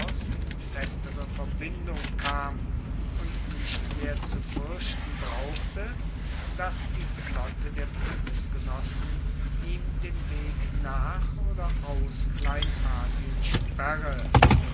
in festere verbindung kam und nicht mehr zu fuerchten brauchte dass die flotte der bundesgenossen ihm den weg nach oder aus kleinasien sperre